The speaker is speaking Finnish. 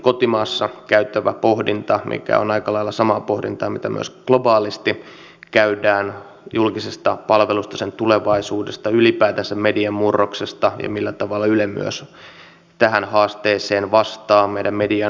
kotimaassa käytävä pohdinta on aika lailla samaa pohdintaa mitä myös globaalisti käydään julkisesta palvelusta sen tulevaisuudesta ylipäätänsä mediamurroksesta ja siitä millä tavalla yle myös tähän haasteeseen vastaa